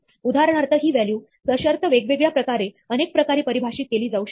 उदाहरणार्थ ही व्हॅल्यू सशर्त वेगवेगळ्या प्रकारेअनेक प्रकारे परिभाषित केली जाऊ शकते